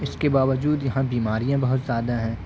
اس کے باوجود یہاں بیماریاں بہت زیادہ ہیں